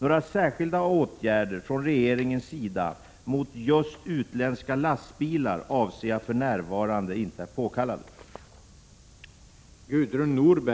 Några särskilda åtgärder från regeringens sida mot just utländska lastbilar anser jag inte påkallade.